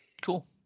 Cool